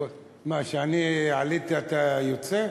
מה, אני עליתי ואתה יוצא?